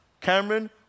Cameron